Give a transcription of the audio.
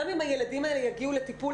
גם אם הילדים האלה יגיעו לטיפול,